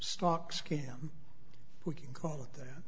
stock scam we can call it that